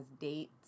dates